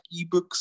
ebooks